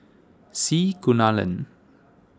C Kunalan